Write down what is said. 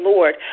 Lord